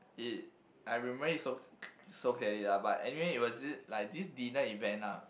it I remember is so so clearly lah but anywhere it was it like this designed event lah